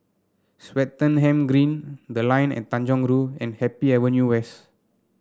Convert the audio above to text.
Swettenham Green The Line at Tanjong Rhu and Happy Avenue West